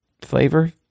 flavor